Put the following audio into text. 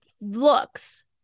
looks